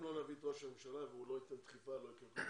אם לא נביא את ראש הממשלה והוא לא ייתן דחיפה לא יקרה כלום.